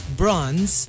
bronze